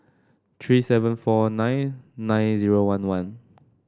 three seven four nine nine zero one one